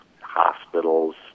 hospitals